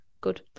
Good